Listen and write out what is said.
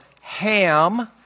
Ham